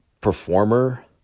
performer